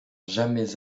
jamais